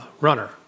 runner